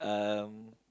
um